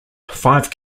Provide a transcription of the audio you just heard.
five